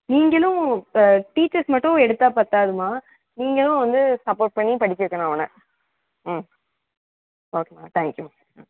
நீங்களும் இப்போ டீச்சர்ஸ் மட்டும் எடுத்தால் பத்தாதும்மா நீங்களும் வந்து சப்போர்ட் பண்ணி படிக்க வைக்கணும் அவனை ம் ஓகேம்மா தேங்க் யூம்மா ம்